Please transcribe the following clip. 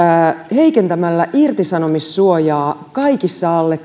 heikentämällä irtisanomissuojaa kaikissa alle